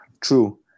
true